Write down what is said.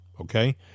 okay